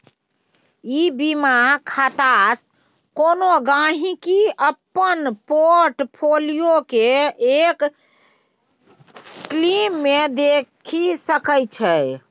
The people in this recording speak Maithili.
ई बीमा खातासँ कोनो गांहिकी अपन पोर्ट फोलियो केँ एक क्लिक मे देखि सकै छै